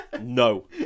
no